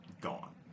gone